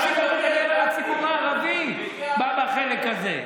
אמרתי שאני הולך לדבר על הציבור הערבי בחלק הזה.